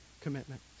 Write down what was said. commitment